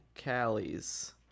callies